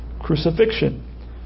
crucifixion